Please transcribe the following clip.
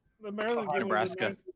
Nebraska